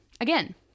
Again